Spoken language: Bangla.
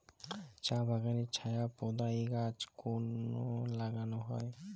চা বাগানে ছায়া প্রদায়ী গাছ কেন লাগানো হয়?